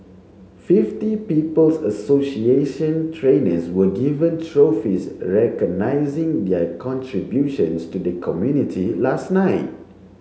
Fifty People's Association trainers were given trophies recognising their contributions to the community last night